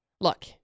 Look